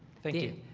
thank you.